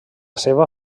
seva